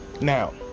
Now